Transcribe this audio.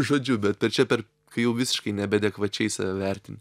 žodžiu bet per čia per kai jau visiškai nebeadekvačiai save vertini